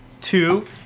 two